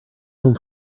home